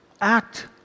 act